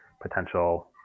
potential